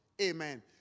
Amen